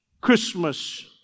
Christmas